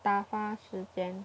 打发时间